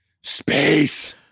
space